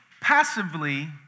passively